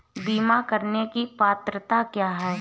बीमा करने की पात्रता क्या है?